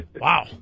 Wow